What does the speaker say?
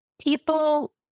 people